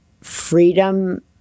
freedom